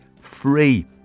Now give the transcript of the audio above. free